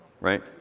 right